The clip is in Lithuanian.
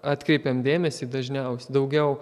atkreipiam dėmesį dažniaus daugiau